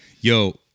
yo